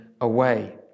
away